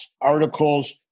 articles